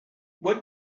what